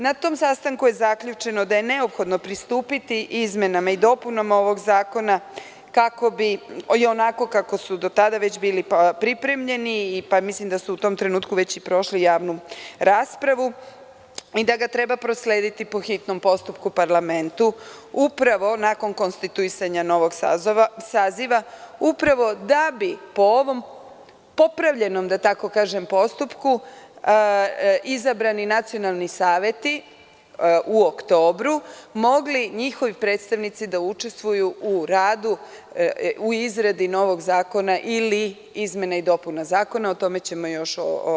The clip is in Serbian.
Na tom sastanku je zaključeno da je neophodno pristupiti izmenama i dopunama tog zakona onako kako su do tada bili pripremljeni, a mislim da su u tom trenutku već prošli javnu raspravu i da ga treba proslediti po hitnom postupku u parlament nakon konstituisanja novog saziva da bi po ovom popravljenom, da tako kažem, postupku izabrani nacionalni saveti u oktobru mogli, njihovi predstavnici, da učestvuju u izradi novogzakona ili izmeni i dopuni novog zakona.